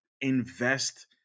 invest